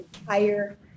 entire